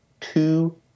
two